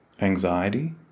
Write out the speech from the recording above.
anxiety